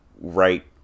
right